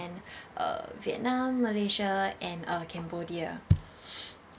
uh vietnam malaysia and uh cambodia